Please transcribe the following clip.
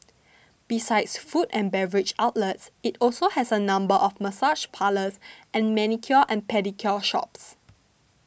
besides food and beverage outlets it also has a number of massage parlours and manicure and pedicure shops